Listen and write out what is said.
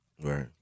Right